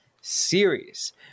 series